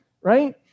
right